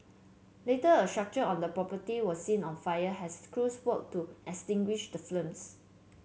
later a structure on the property was seen on fire as crews worked to extinguish the flames